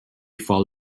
fall